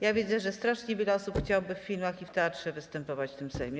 Ja widzę, że strasznie wiele osób chciałoby w filmach i w teatrze występować w tym Sejmie.